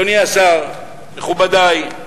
אדוני השר, מכובדי,